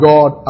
God